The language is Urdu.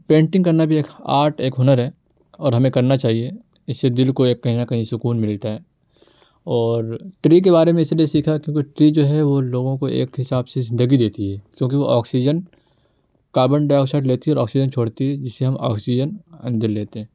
پینٹنگ کرنا بھی ایک آرٹ ایک ہنر ہے اور ہمیں کرنا چاہیے اس سے دل کو ایک کہیں نہ کہیں سکون ملتا ہے اور ٹری کے بارے میں اس طرح سیکھا کیوںکہ ٹری جو ہے وہ لوگوں کو ایک حساب سے زندگی دیتی ہے کیوںکہ وہ آکسیجن کاربن ڈائی آکسائڈ لیتی ہے اور آکسیجن چھوڑتی ہے جس سے ہم آکسیجن اندر لیتے ہیں